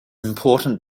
important